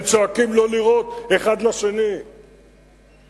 הם צועקים אחד לשני לא לירות.